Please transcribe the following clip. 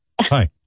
hi